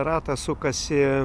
ratas sukasi